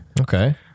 Okay